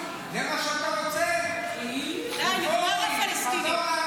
זה מה שאתה רוצה ------ נגמר הפלסטינים,